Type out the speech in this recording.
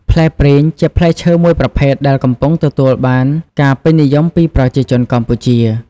ផ្លែព្រីង ជាផ្លែឈើមួយប្រភេទដែលកំពុងទទួលបានការពេញនិយមពីប្រជាជនកម្ពុជា។